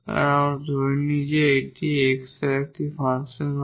কারণ আমরা ধরে নিই যে এটি যদি x এর একটি ফাংশন হয়